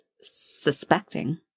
suspecting